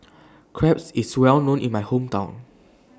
Crepe IS Well known in My Hometown